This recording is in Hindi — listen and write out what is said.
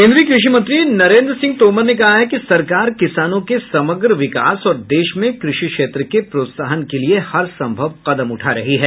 केंद्रीय कृषि मंत्री नरेंद्र सिंह तोमर ने कहा है कि सरकार किसानों के समग्र विकास और देश में क्रषि क्षेत्र के प्रोत्साहन के लिए हर संभव कदम उठा रही है